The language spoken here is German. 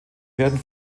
werden